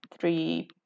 three